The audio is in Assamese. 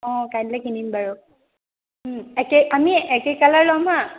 অঁ কাইলে কিনিম বাৰু একেই আমি একেই কালাৰ ল'ম হাঁ